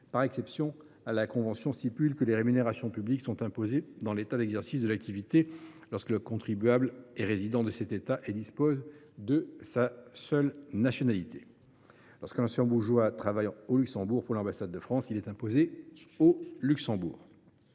Par exception, la convention stipule que les rémunérations publiques sont imposées dans l’État d’exercice de l’activité lorsque le contribuable est résident de cet État et dispose de sa seule nationalité. Ainsi, un Luxembourgeois qui travaille au Luxembourg pour l’ambassade de France est imposé au Luxembourg.